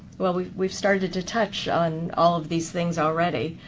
well, we've we've started to touch on all of these things already.